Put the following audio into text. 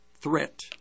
threat